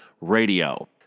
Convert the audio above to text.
Radio